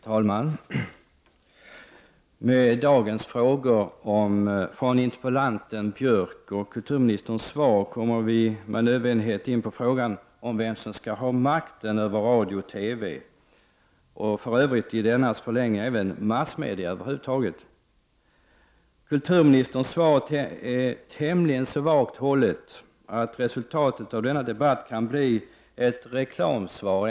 Herr talman! Med dagens frågor från interpellanten Björck och kulturministerns svar kommer vi med nödvändighet in på frågan om vem som skall ha makt över radio och TV och i frågans förlängning även över massmedia överhuvudtaget. Kulturministerns svar är tämligen vagt hållet, varför resultatet av denna debatt kan bli ett reklamsvar.